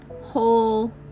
whole